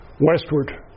westward